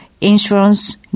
insurance